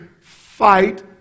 fight